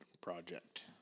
project